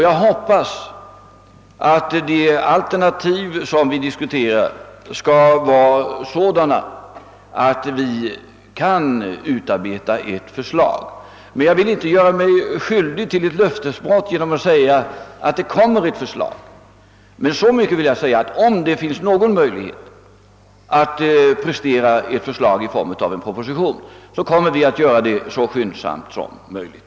Jag hoppas att de alternativ som diskuteras skall vara sådana, att vi kan utarbeta ett förslag. Jag vill inte göra mig skyldig till ett löftesbrott genom att försäkra att det kommer ett förslag, men så mycket vill jag säga att om det finns någon möjlighet att prestera ett förslag i form av en proposition kommer vi att göra det så skyndsamt som möjligt.